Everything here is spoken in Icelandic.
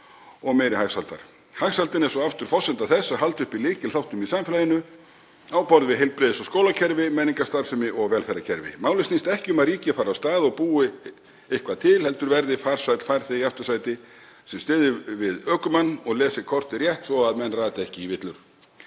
og meiri hagsældar. Hagsældin er svo aftur forsenda þess að halda uppi lykilþáttum í samfélaginu á borð við heilbrigðis- og skólakerfi, menningarstarfsemi og velferðarkerfi. Málið snýst ekki um að ríkið fari af stað og búi eitthvað til heldur verði farsæll farþegi í aftursæti sem styðji við ökumann og lesi kortið rétt svo að menn rati ekki í villur.